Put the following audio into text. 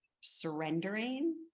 surrendering